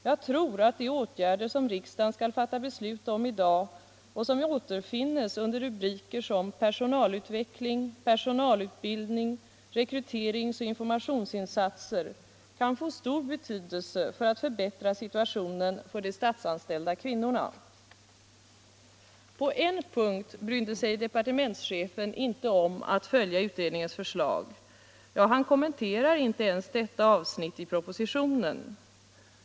Jag tror att de åtgärder som riksdagen skall fatta beslut om i dag och som återfinns under rubriker som Personalutveckling m.m., Personalutbildning och Rekryterings och informationsinsatser kan få stor betydelse för att förbättra situationen för de statsanställda kvinnorna. På en punkt brydde sig departementschefen inte om att följa utredningens förslag. Ja, han kommenterar inte ens detta avsnitt i propositionen.